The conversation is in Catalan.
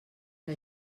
que